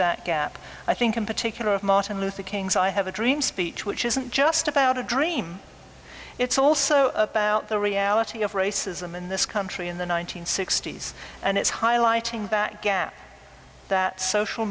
that gap i think in particular of martin luther king's i have a dream speech which isn't just about a dream it's also about the reality of racism in this country in the one nine hundred sixty s and it's highlighting back gap that social